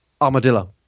Armadillo